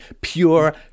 pure